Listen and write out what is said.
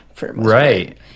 right